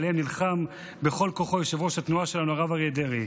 שעליהם נלחם בכל כוחו יושב-ראש התנועה שלנו הרב אריה דרעי.